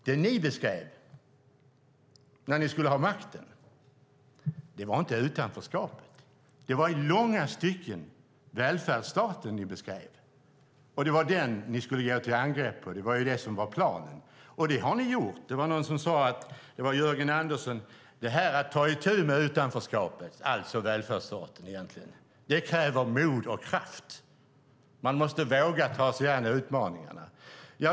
Det ni beskrev när ni skulle ha makten var inte utanförskapet. Det var i långa stycken välfärdsstaten ni beskrev. Det var den ni skulle gå till angrepp mot. Det var planen, och det har ni gjort. Det var Jörgen Andersson som sade: Att ta itu med utanförskapet - det vill säga välfärdsstaten - kräver mod och kraft. Man måste våga ta sig an utmaningarna.